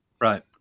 Right